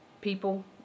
people